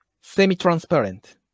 semi-transparent